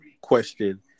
question